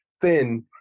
thin